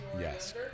yes